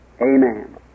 Amen